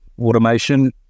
automation